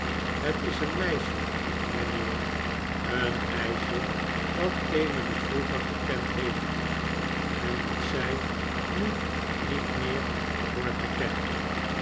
het is een meisje mijnheer een meisje dat emily vroeger gekend heeft en dat zij nu niet meer behoort te kennen